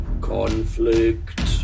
Conflict